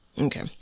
Okay